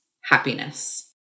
happiness